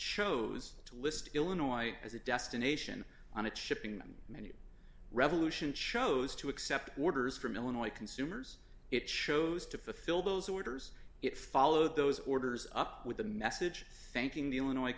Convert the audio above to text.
chose to list illinois as a destination on its shipping menu revolution chose to accept orders from illinois consumers it shows to fill those orders it follow those orders up with a message thanking the illinois